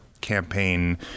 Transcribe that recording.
campaign